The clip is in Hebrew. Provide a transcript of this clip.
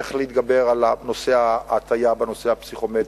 איך להתגבר על נושא ההטיה בפסיכומטרי,